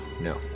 no